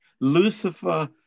Lucifer